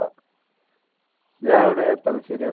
ആ ഞാൻ ഇവിടെ തലശ്ശേരി ആണ്